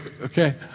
okay